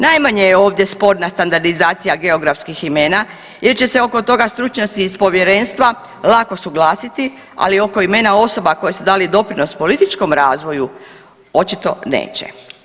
Najmanje je ovdje sporna standardizacija geografskih imena jer će se oko toga stručnjaci iz povjerenstva lako suglasiti, ali oko imena osoba koje su dali doprinos političkom razvoju očito neće.